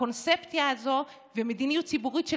הקונספציה הזו ומדיניות ציבורית של